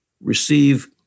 receive